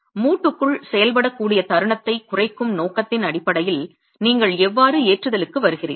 மூட்டுக்குள் செயல்படக்கூடிய தருணத்தை குறைக்கும் நோக்கத்தின் அடிப்படையில் நீங்கள் எவ்வாறு ஏற்றுதலுக்கு வருகிறீர்கள்